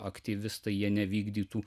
aktyvistai jie nevykdytų